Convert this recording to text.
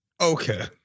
Okay